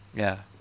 ya